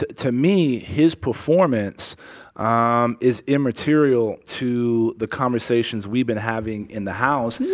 to to me, his performance um is immaterial to the conversations we've been having in the house. yeah.